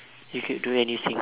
you could do anything